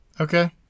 Okay